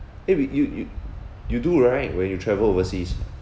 eh you you you do right when you travel overseas